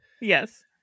Yes